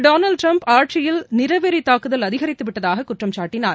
Donald Trump ஆட்சியில் நிறவெறித்தாக்குதல் அதிகித்துவிட்டதாக குற்றம் சாட்டினார்